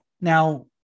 Now